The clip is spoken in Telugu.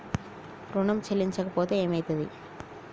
ఋణం చెల్లించకపోతే ఏమయితది?